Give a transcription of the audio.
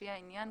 לפי העניין,